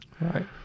right